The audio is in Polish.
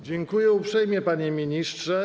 Dziękuję uprzejmie, panie ministrze.